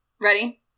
Ready